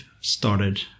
started